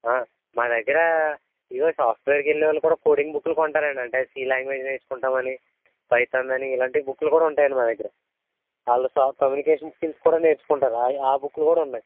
మా దగ్గిరా ఇదిగో సాఫ్ట్వేర్కెళ్ళే వాళ్ళు కూడా కోడింగ్ బుక్లు కొంటారండి అంటే సి లాంగ్వేజ్ నేర్చుకుంటాం అని పైతాన్ అని ఇలాంటి బుక్లు కూడా ఉంటాయండి మా దగ్గర వాళ్ళు సాఫ్ట్ కమ్యూనికేషన్ స్కిల్స్ కూడా నేర్చుకుంటారు ఆ ఆ బుక్లు కూడా ఉన్నాయి